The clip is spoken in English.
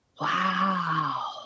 Wow